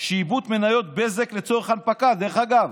שיעבוד מניות בזק לצורך הנפקה, דרך אגב,